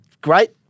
great